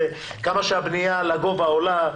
וכמה שהבנייה לגובה עולה,